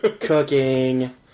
cooking